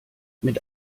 mit